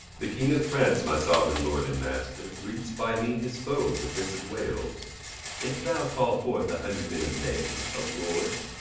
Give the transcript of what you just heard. the king of france, my sovereign lord and master, greets by me his foe, the prince of wales if thou call forth a hundred men of name, of lords,